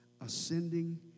ascending